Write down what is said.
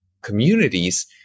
communities